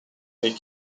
they